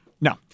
No